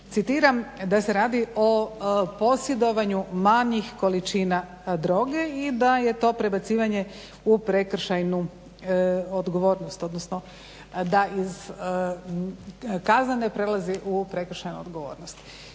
citiram da se radi o "posjedovanju manjih količina droge" i da je to prebacivanje u prekršajnu odgovornost, odnosno da iz kaznene prelazi u prekršajnu odgovornost.